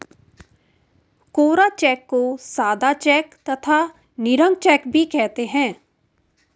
कोरा cheque को सादा cheque तथा निरंक चेक भी कहते हैं